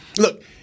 look